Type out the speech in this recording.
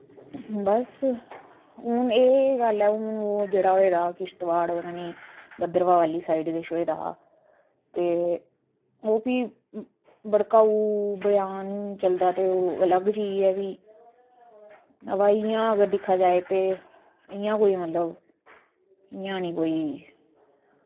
बस हून एह् गल्ल ऐ जेह्ड़ा होये दा किश्तवाड़ भद्रवाह आह्ली साईड होये दा ते ओह् भी भड़काऊ ब्यान चलदा ते ओह् भी अलग चीज़ ऐ बाऽ इंया अगर दिक्खेआ जाये ते इंया गै मतलब इंया कोई